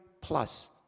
plus